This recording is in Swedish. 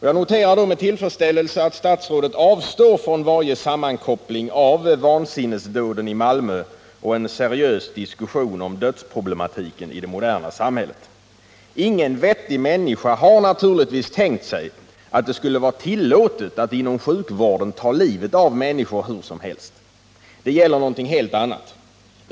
Jag noterar med tillfredsställelse att statsrådet avstår från varje sammankoppling av vansinnesdåden i Malmö och en seriös diskussion om dödsproblematiken i det moderna samhället. Ingen vettig människa har naturligtvis tänkt sig att det skulle vara tillåtet att inom sjukvården ta livet av människor hur som helst. Det gäller något helt annat.